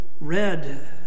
read